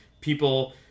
people